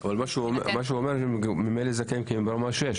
הוא אומר שממילא הם זכאים כי הם ברמה (6).